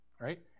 Right